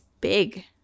big